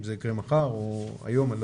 אם זה יקרה מחר או מוחרתיים.